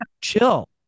chill